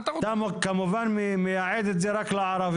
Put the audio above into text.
אתה כמובן מייעד את זה רק לערבים.